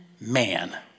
man